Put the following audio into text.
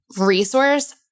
resource